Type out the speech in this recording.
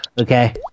okay